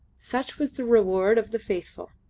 such was the reward of the faithful!